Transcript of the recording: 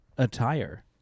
Attire